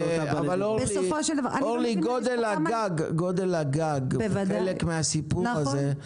אורלי, גודל הגג הוא חלק מהסיפור הזה.